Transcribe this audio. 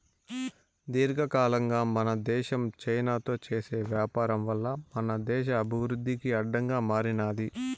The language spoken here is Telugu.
దీర్ఘకాలంగా మన దేశం చైనాతో చేసే వ్యాపారం వల్ల మన దేశ అభివృద్ధికి అడ్డంగా మారినాది